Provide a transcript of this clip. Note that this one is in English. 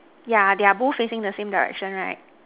yeah they are both facing the same directions right